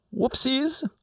Whoopsies